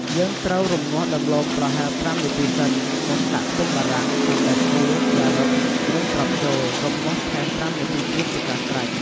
យើងត្រូវរំងាស់ដំឡូងប្រហែល ៥នាទីសិន មុនដាក់ខ្ទឹមបារាំង សណ្តែកគួរ ការុត នឹងត្រប់ចូល រំងាស់ថែម៥នាទីទៀតជាការស្រេច។